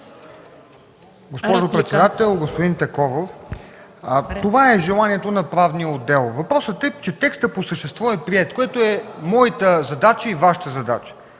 Госпожо председател, господин Такоров! Това е желанието на Правния отдел. Въпросът е, че текстът по същество е приет, което е моята и Вашата задача.